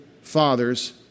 fathers